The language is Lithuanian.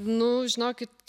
nu žinokit